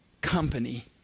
company